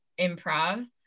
improv